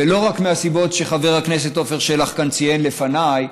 ולא רק מהסיבות שחבר הכנסת עפר שלח כאן ציין לפניי,